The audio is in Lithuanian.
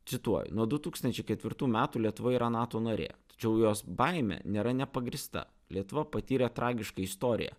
cituoju nuo du tūkstančiai ketvirtų metų lietuva yra nato narė tačiau jos baimė nėra nepagrįsta lietuva patyrė tragišką istoriją